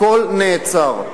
הכול נעצר,